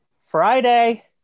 Friday